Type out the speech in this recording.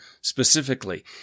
specifically